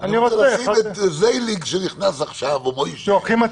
אני רוצה לשים את משה שנכנס עכשיו או צור,